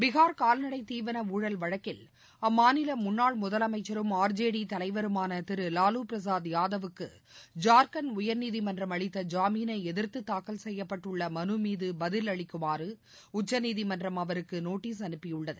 பீகார் கால்நடைத் தீவன ஊழல் வழக்கில் அம்மாநில முன்னாள் முதலமைச்சரும் ஆர்ஜேடி தலைவருமான திரு லாலுபிரசாத் யாதவுக்கு ஜார்கண்ட் உயர்நீதிமன்றம் அளித்த ஜாமீனை எதிர்த்து தாக்கல் செய்யப்பட்டுள்ள மலு மீது பதில் அளிக்குமாறு உச்சநீதிமன்றம் அவருக்கு நோட்டீஸ் அனுப்பியுள்ளது